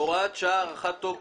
(עבירות ושיפוט) (הוראת שעה) (תיקון מס' 4) (הארכת תוקף),